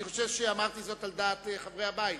אני חושב שאמרתי זאת על דעת חברי הבית,